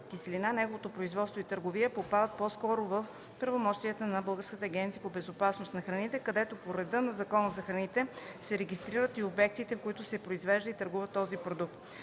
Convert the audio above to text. киселина, неговото производство и търговия попадат по-скоро в правомощията на Българска агенция по безопасност на храните, където по реда на Закона за храните се регистрират и обектите, в които се произвежда и търгува този продукт.